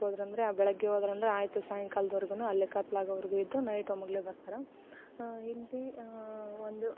ಹೊಲಕ್ಕೋದರೆ ಅಂದರೆ ಆ ಬೆಳಗ್ಗೆ ಹೋದರಂದ್ರೆ ಆಯಿತು ಸಾಯಂಕಾಲದ್ವರ್ಗೂ ಅಲ್ಲೇ ಕತ್ತಲಾಗೋವರ್ಗೂ ಇದ್ದು ನೈಟ್ ಒಮ್ಮೆಗೆ ಬರ್ತಾರೆ ಇಲ್ಲಿ ಒಂದು